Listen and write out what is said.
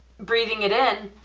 breathing it in,